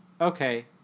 Okay